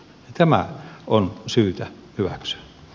tämä on syytä hyväksyä